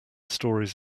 stories